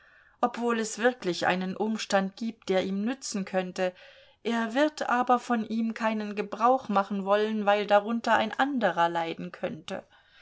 obwohl es wirklich einen umstand gibt der ihm nützen könnte er wird aber von ihm keinen gebrauch machen wollen weil darunter ein anderer leiden könnte